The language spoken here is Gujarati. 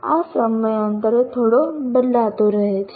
આ સમયાંતરે થોડો બદલાતો રહી શકે છે